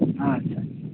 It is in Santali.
ᱟᱪᱪᱷᱟ